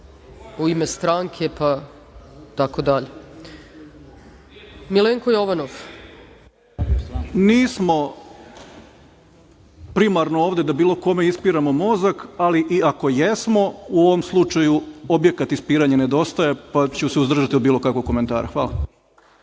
ima Milenko Jovanov. **Milenko Jovanov** Nismo primarno ovde da bilo kome ispiramo mozak, ali i ako jesmo, u ovom slučaju objekat ispiranja nedostaje, pa ću se uzdržati od bilo kakvog komentara. Hvala.